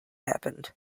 happened